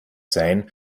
sein